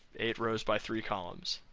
eight rows by three columns